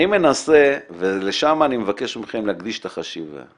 אני מנסה ולשם אני מבקש מכם להקדיש את החשיבה,